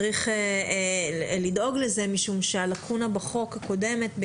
צריך לדאוג לזה משום שהלקונה הקודמת בחוק